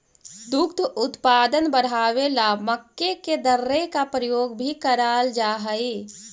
दुग्ध उत्पादन बढ़ावे ला मक्के के दर्रे का प्रयोग भी कराल जा हई